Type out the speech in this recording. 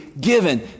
given